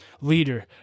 Leader